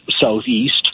Southeast